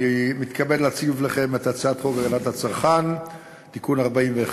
אני מתכבד להציג בפניכם את הצעת חוק הגנת הצרכן (תיקון מס'